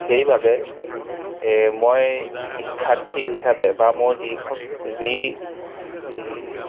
সেইবাবে মই শিক্ষাৰ্থী হিচাপে বা মই যি যি